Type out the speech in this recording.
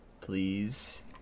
Please